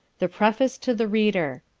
the preface to the reader.